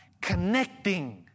connecting